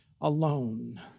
alone